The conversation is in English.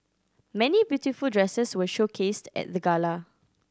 many beautiful dresses were showcased at the gala